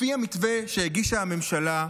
לפי המתווה שהגישה הממשלה,